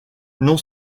non